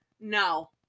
No